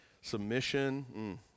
Submission